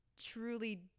truly